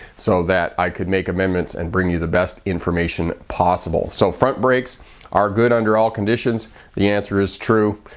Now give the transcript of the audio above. so that i could make amendments and bring you the best information possible. so front brakes are good under all conditions the answer is true,